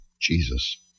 Jesus